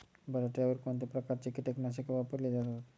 बटाट्यावर कोणत्या प्रकारची कीटकनाशके वापरली जातात?